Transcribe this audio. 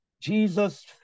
Jesus